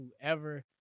whoever